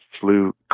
flu